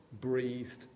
breathed